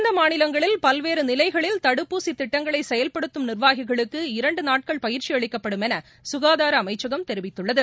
இந்த மாநிலங்களில் பல்வேறு நிலைகளில் தடுப்பூசி திட்டங்களை செயல்படுத்தும் நிர்வாகிகளுக்கு இரண்டு நாட்கள் பயிற்சி அளிக்கப்படும் என சுகாதார அமைச்சகம் தெிவித்துள்ளது